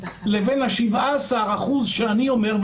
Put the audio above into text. לבין 17% שאני אומר,